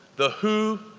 the who,